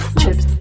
chips